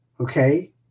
okay